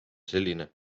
selline